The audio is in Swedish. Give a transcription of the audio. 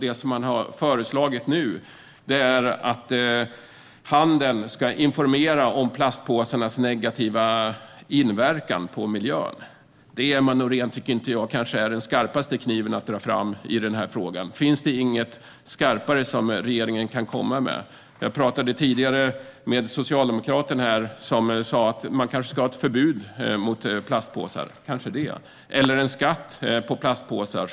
Det som man nu har föreslagit är att handeln ska informera om plastpåsarnas negativa inverkan på miljön. Det tycker jag kanske inte är den skarpaste kniven att dra fram i denna fråga, Emma Nohrén. Finns det inget skarpare som regeringen kan komma med? Jag pratade tidigare med en socialdemokrat som sa att man kanske borde ha ett förbud mot plastpåsar - ja, kanske det - eller en skatt på plastpåsar.